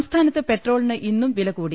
സംസ്ഥാനത്ത് പെട്രോളിന് ഇന്നും വില കൂടി